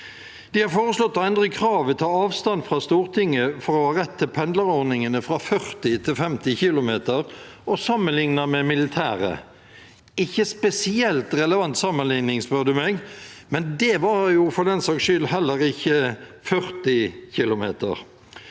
De har foreslått å endre kravet til avstand fra Stortinget for å ha rett til pendlerordningene, fra 40 til 50 km, og sammenlignet med det militære. Ikke spesielt relevant sammenligning, spør du meg, men det var for den saks skyld heller ikke 40 km.